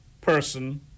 person